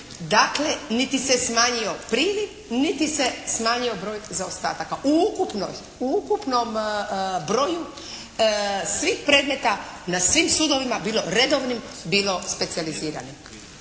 Dakle, niti se smanjio priliv niti se smanjio broj zaostataka u ukupnom broju svih predmeta na svim sudovima bilo redovnim bilo specijaliziranim.